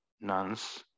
nuns